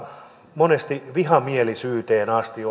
monesti jopa vihamielisyyteen asti